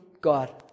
God